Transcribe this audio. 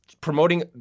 promoting